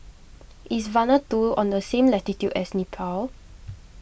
is Vanuatu on the same latitude as Nepal